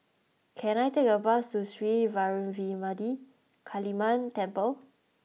can I take a bus to Sri Vairavimada Kaliamman Temple